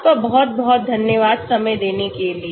आपका बहुत बहुत धन्यवाद समय देने के लिए